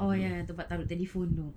oh ya tempat taruk telephone tu